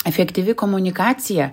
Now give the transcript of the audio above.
efektyvi komunikacija